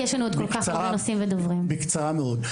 כי יש לנו עוד כל כך הרבה נושאים ודוברים.) בקצרה מאוד.